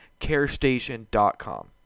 carestation.com